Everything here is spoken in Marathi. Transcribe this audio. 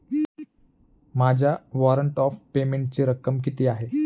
माझ्या वॉरंट ऑफ पेमेंटची रक्कम किती आहे?